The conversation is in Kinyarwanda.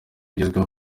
bigezweho